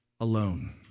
alone